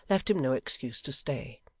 left him no excuse to stay.